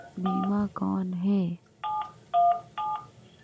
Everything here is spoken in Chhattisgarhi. बीमा कौन है?